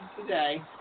today